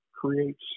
creates